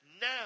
Now